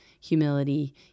humility